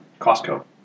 Costco